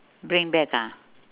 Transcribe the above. bring back ah